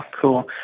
cool